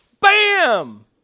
Bam